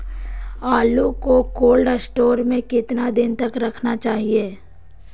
आलू को cold store में कितना दिन तक रखना चाहिए?